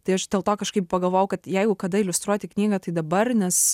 tai aš dėl to kažkaip pagalvojau kad jeigu kada iliustruoti knygą tai dabar nes